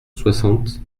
soixante